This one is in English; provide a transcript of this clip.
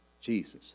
Jesus